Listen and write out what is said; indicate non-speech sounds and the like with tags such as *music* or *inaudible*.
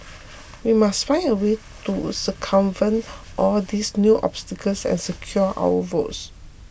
*noise* we must find a way to circumvent all these new obstacles and secure our votes